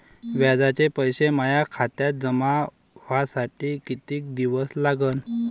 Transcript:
व्याजाचे पैसे माया खात्यात जमा व्हासाठी कितीक दिवस लागन?